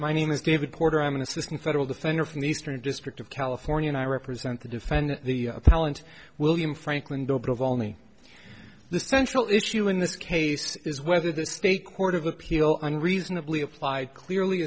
my name is david quarter i'm an assistant federal defender from the eastern district of california and i represent the defendant the talent william franklin dope of all me the central issue in this case is whether the state court of appeal on reasonably applied clearly